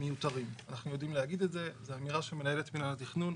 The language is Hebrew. זו אמירה של מנהלת מנהל התכנון.